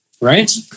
right